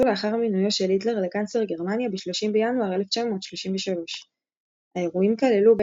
לאחר מינויו של היטלר לקנצלר גרמניה ב-30 בינואר 1933. האירועים כללו,